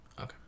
Okay